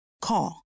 Call